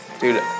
Dude